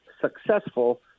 successful